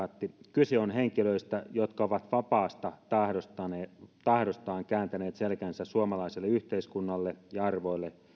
kyse on henkilöistä jotka ovat vapaasta tahdostaan kääntäneet selkänsä suomalaiselle yhteiskunnalle ja arvoille